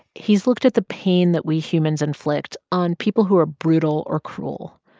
he's looked at the pain that we humans inflict on people who are brutal or cruel.